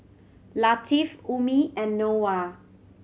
Latif Ummi and Noah